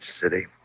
City